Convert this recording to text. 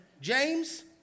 James